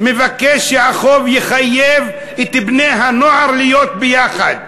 מבקש שהחוק יחייב את בני-הנוער להיות ביחד.